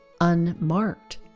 unmarked